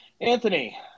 anthony